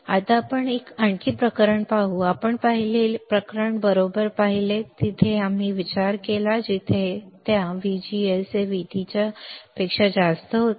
तर आता आपण आणखी एक प्रकरण पाहू आपण पहिले प्रकरण बरोबर पाहिले आहे जिथे आम्ही विचार केला आहे जिथे आम्ही त्या VGS VT चा विचार केला आहे